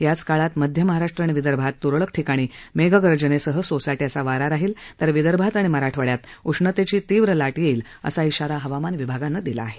याच काळ मध्य महाराष्ट्र आणि विदर्भात त्रळक ठिकाणी मेघगर्जनेसह सोसाट्याचा वारा वाहील तर विदर्भात आणि मराठवाड्यात उष्णतेची तीव्र लाट येईल असा इशारा हवामान विभागानं दिला आहे